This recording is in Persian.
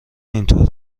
اینطور